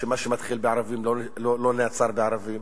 שמה שמתחיל בערבים לא נעצר בערבים,